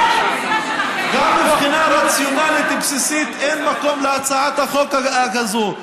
גם בבחינה רציונלית בסיסית אין מקום להצעת החוק הזאת,